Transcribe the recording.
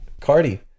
Cardi